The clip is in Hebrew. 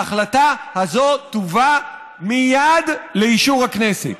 ההחלטה הזאת תובא מייד לאישור הכנסת,